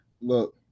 Look